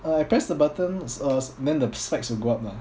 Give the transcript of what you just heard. uh I press the buttons uh then the specs will go up lah